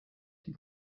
die